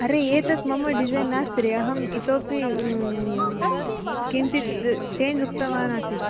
अरे एतत् मम डिज़ैन् नास्ति रे अहम् इतोपि किञ्चित् चेञ्ज् उक्तवान् आसीत्